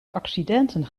accidenten